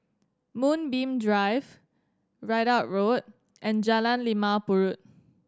Moonbeam Drive Ridout Road and Jalan Limau Purut